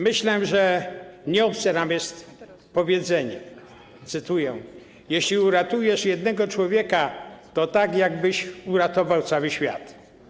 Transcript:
Myślę, że nieobce nam jest powiedzenie, cytuję: jeśli uratujesz jednego człowieka, to tak jakbyś uratował cały świat.